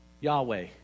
Yahweh